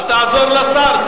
אל תעזור לשר.